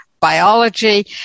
biology